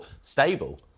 stable